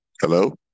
Hello